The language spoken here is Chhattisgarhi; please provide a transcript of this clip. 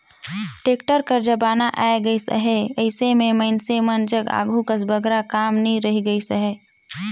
टेक्टर कर जमाना आए गइस अहे, अइसे मे ए मइनसे मन जग आघु कस बगरा काम नी रहि गइस अहे